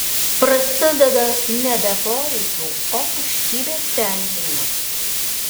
prasideda nebe poreikių o tuštybės tenkinimas